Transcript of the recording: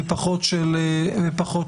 ופחות של מהות.